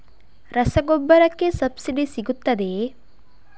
ರಸಗೊಬ್ಬರಕ್ಕೆ ಸಬ್ಸಿಡಿ ಸಿಗುತ್ತದೆಯೇ?